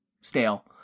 stale